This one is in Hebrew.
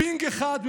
פינג אחד: